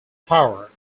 power